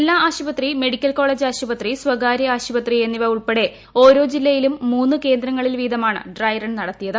ജില്ലാ ആശുപത്രി മെഡിക്കൽ കോളേജ്ട് ആശുപത്രി സ്വകാര്യ ആശുപത്രി എന്നിവ ഉൾപ്പെടെ ഓരോ ജില്ലയിലും മൂന്ന് കേന്ദ്രങ്ങളിൽ വീതമാണ് ഡ്രൈറൺ നടത്തിയത്